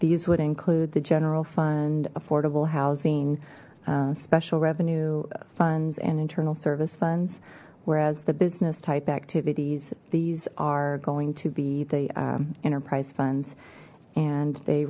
these would include the general fund affordable housing special revenue funds and internal service funds whereas the business type activities these are going to be the enterprise funds and they